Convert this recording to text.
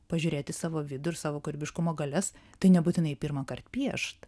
pažiūrėt į savo vidų ir savo kūrybiškumo galias tai nebūtinai pirmąkart piešt